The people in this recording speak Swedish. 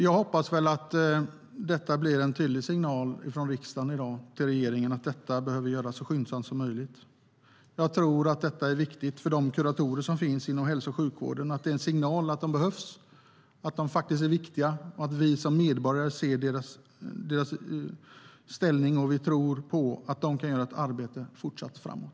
Jag hoppas att det i dag blir en tydlig signal från riksdagen till regeringen att detta behöver göras så skyndsamt som möjligt. Det är viktigt för de kuratorer som finns inom hälso och sjukvården och en signal att de behövs, att de är viktiga, att vi som medborgare ser deras ställning och att vi tror på att de kan göra ett arbete fortsatt framåt.